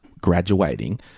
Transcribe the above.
graduating